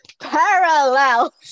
Parallel